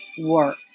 work